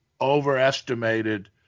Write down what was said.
overestimated